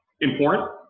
important